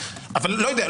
אבל אני לא יודע,